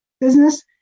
business